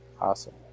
Awesome